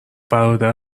برادر